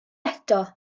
eto